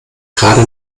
gerade